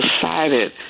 decided